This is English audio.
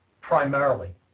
primarily